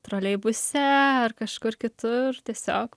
troleibuse ar kažkur kitur tiesiog